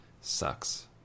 Sucks